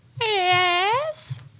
Yes